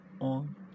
on